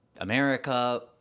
America